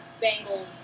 bangle